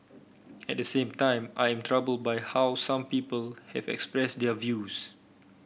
at the same time I am troubled by how some people have expressed their views